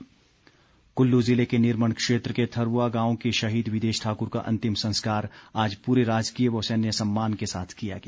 अंतिम संस्कार कुल्लू जिले के निरमंड क्षेत्र के थरूवा गांव के शहीद विदेश ठाकुर का अंतिम संस्कार आज पूरे राजकीय व सैन्य सम्मान के साथ किया गया